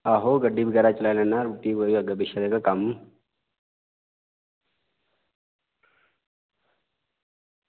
आहो गड्डी बगैरा चलाई लैन्नां अग्गें पिच्छें जेह्के कम्म